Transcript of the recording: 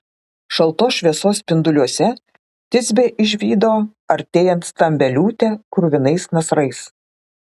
šaltos šviesos spinduliuose tisbė išvydo artėjant stambią liūtę kruvinais nasrais